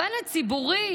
הפן הציבורי